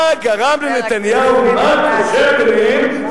מה גרם לנתניהו, מה אתה רוצה ממני?